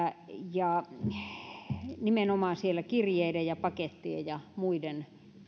nimenomaan siellä kirjeiden ja pakettien ja muiden